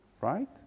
Right